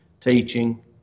teaching